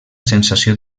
sensació